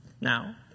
Now